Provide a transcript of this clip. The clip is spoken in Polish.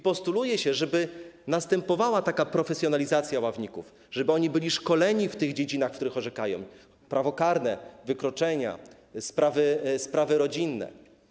Postuluje się, żeby następowała taka profesjonalizacja ławników, żeby oni byli szkoleni w tych dziedzinach, w których orzekają: prawo karne, wykroczenia, sprawy rodzinne.